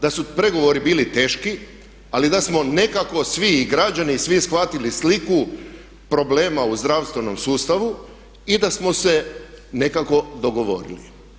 Da su pregovori bili teški, ali da smo nekako svi i građani i svi shvatili sliku problema u zdravstvenom sustavu i da smo se nekako dogovorili.